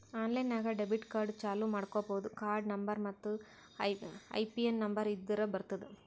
online ನಾಗ್ debit card ಚಾಲೂ ಮಾಡ್ಕೋಬೋದು ಕಾರ್ಡ ನಂಬರ್ ಮತ್ತ್ ಐಪಿನ್ ನಂಬರ್ ಇದ್ದುರ್ ಬರ್ತುದ್